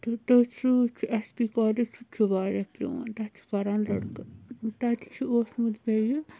تہٕ تٔتھۍ سٍتۍ چھُ ایس پی کالیج سُہ تہِ چھُ وارِیاہ پرٛون تتہِ چھِ پَران لٔڑکہٕ تَتہِ چھُ اوسمُت بیٚیہِ